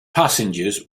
passengers